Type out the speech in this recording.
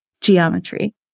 geometry